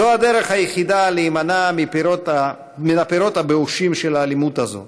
זו הדרך היחידה להימנע מן הפירות הבאושים של האלימות הזאת,